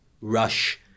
rush